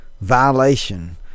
violation